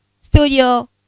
Studio